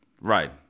Right